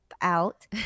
out